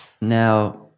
now